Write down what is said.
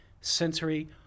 sensory